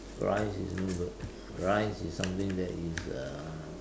rice is no good rice is something that is uh